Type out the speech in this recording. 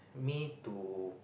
me to